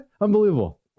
unbelievable